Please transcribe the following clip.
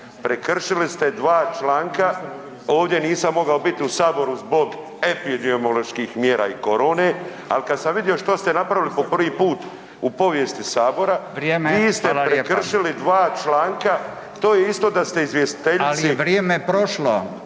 Prekršili ste dva članka, ovdje nisam mogao biti u Saboru zbog epidemioloških mjera i korone, ali kad sam vidio što ste napravili po prvi put u povijesti Sabora, … **Radin, Furio (Nezavisni)** Vrijeme, hvala